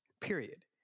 period